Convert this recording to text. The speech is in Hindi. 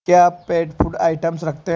क्या आप पेट फ़ूड आइटम्स रखते हैं